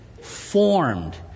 formed